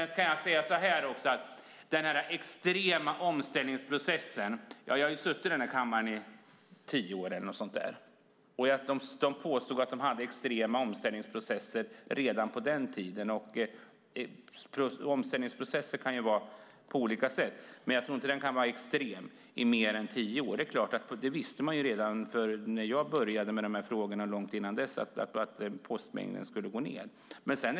När det gäller denna extrema omställningsprocess har jag suttit i denna kammare i omkring tio år, och man påstod redan på den tiden att man hade extrema omställningsprocesser. Omställningsprocesser kan vara på olika sätt, men jag tror inte att de kan vara extrema i mer än tio år. Man visste redan när jag började arbeta med dessa frågor och långt innan dess att mängden post skulle minska.